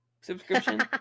subscription